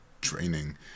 training